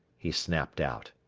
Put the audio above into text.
he snapped out,